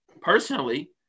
personally